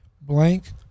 blank